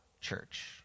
church